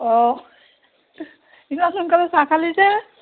অঁ ইমান সোনকালে চাহ খালি যে